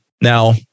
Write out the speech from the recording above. Now